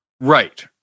Right